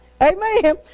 Amen